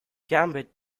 gambit